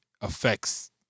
affects